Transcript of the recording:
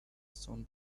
stone